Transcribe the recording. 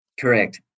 Correct